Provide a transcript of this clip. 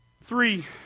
Three